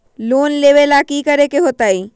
Loan लेवेला की करेके होतई?